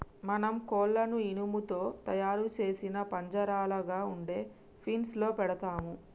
మనం కోళ్లను ఇనుము తో తయారు సేసిన పంజరంలాగ ఉండే ఫీన్స్ లో పెడతాము